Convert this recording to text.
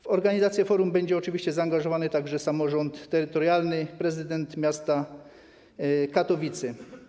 W organizację forum będzie oczywiście zaangażowany także samorząd terytorialny, prezydent miasta Katowice.